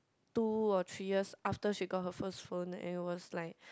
two or three years after she got her first phone and it was like